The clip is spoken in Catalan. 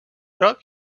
groc